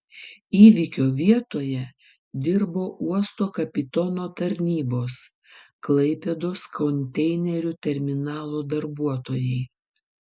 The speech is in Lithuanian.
įvykio vietoje dirbo uosto kapitono tarnybos klaipėdos konteinerių terminalo darbuotojai